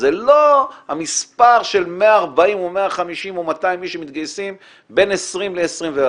זה לא המספר של 140 או 150 או 200 איש שמתגייסים בין 20 ל-24,